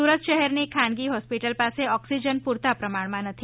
સુરત શહેરની ખાનગી હોસ્પિટલ પાસે ઓક્સિજન પૂરતા પ્રમાણમાં નથી